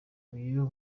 uyu